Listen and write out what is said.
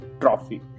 trophy